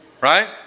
Right